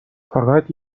فقط